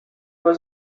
was